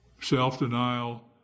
Self-denial